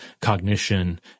cognition